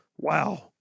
Wow